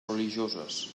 religioses